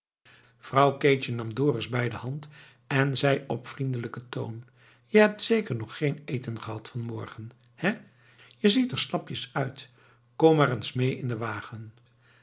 vrouw keetje nam dorus bij de hand en zei op vriendelijken toon je hebt zeker nog geen eten gehad van morgen hé je ziet er slapjes uit kom maar eens mee in den wagen